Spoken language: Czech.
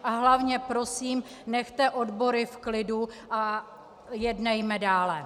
A hlavně prosím nechte odbory v klidu a jednejme dále.